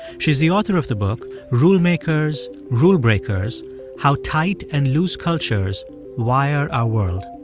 she's the author of the book rule makers, rule breakers how tight and loose cultures wire our world.